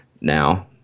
Now